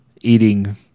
eating